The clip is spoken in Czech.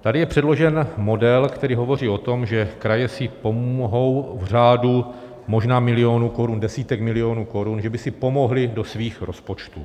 Tady je předložen model, který hovoří o tom, že kraje si pomohou v řádu možná milionů korun, desítek milionů korun, že by si pomohly do svých rozpočtů.